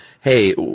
hey